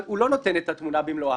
אבל הוא לא נותן את התמונה במלואה.